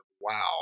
wow